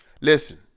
Listen